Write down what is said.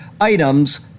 items